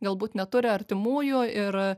galbūt neturi artimųjų ir